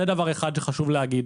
זה דבר אחד שחשוב להגיד.